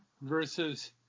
versus